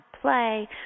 play